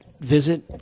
visit